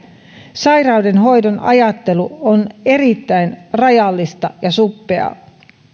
sairauden hoidon ajattelu on erittäin rajallista ja suppeaa